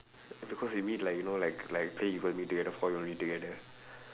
because we meet like you know like like say you want to meet together you want to meet together